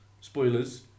spoilers